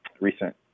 recent